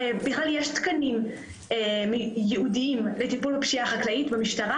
בכלל יש תקנים ייעודיים לטיפול בפשיעה החקלאית במשטרה